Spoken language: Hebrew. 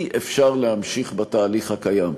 אי-אפשר להמשיך בתהליך הקיים.